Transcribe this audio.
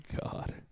God